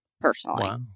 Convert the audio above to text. personally